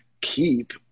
keep